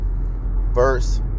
verse